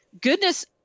Goodness